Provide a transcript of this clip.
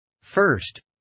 First